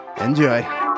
Enjoy